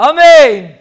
Amen